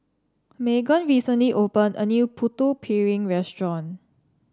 Meaghan recently opened a new Putu Piring Restaurant